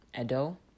Edo